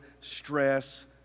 stress